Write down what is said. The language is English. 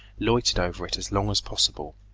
loitered over it as long as possible,